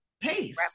pace